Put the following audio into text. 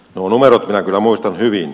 nuo numerot minä kyllä muistan hyvin